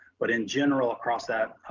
but in general, across that